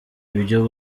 ibyo